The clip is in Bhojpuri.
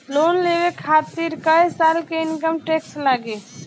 लोन लेवे खातिर कै साल के इनकम टैक्स लागी?